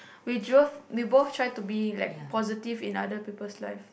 we drove we both try to being like positive in other people's life